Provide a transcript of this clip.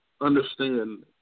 understand